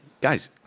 Guys